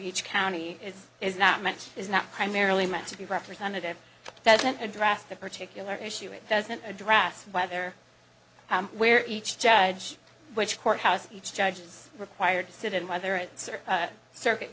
each county is is not meant is not primarily meant to be representative doesn't address the particular issue it doesn't address whether where each judge which courthouse each judge is required to sit in whether it's or circuit